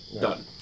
done